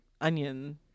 onion